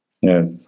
Yes